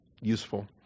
useful